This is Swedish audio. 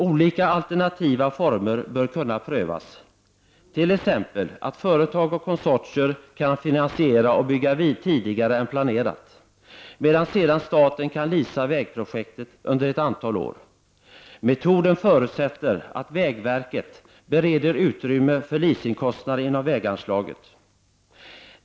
Olika alternativa former bör kunna prövas, t.ex. att företag och konsortier kan finansiera och bygga tidigare än planerat, medan staten sedan kan leasa vägprojektet under ett antal år. Metoden förutsätter att vägverket bereder utrymme för leasingkostnaden inom väganslaget.